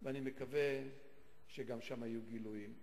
ואני מקווה שגם שם יהיו גילויים.